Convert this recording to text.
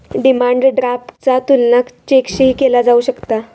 demand ड्राफ्टचा तुलना चेकशीही केला जाऊ शकता